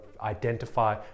Identify